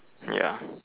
ya